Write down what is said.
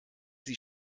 sie